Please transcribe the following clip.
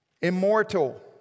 immortal